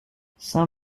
saint